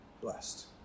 blessed